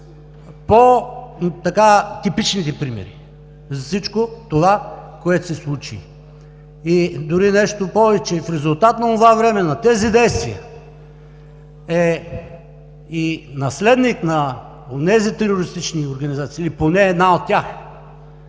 по-типичните примери за всичко това, което се случи. Дори нещо повече – в резултат на онова време, на тези действия е и наследник на онези терористични организации или поне на една от тях,